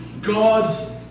God's